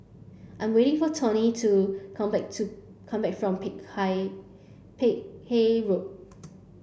I'm waiting for Tomie to come back to come back from Peck Peck Hay Road